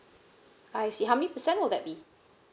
I see how many percent will that be